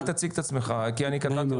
רק תציג את עצמך, כי אני קטעתי אותו.